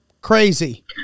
Crazy